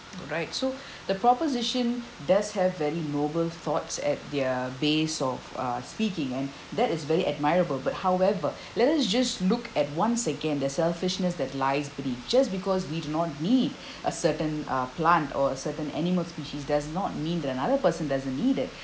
alright so the proposition does have very noble thoughts at their base of uh speaking and that is very admirable but however let us just look at once again the selfishness that lies beneath just because we do not need a certain uh plant or a certain animal species does not mean that another person doesn't need it